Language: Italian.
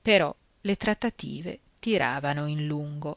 però le trattative tiravano in lungo